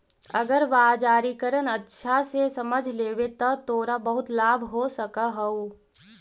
अगर बाजारीकरण अच्छा से समझ लेवे त तोरा बहुत लाभ हो सकऽ हउ